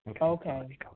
Okay